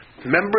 members